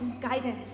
guidance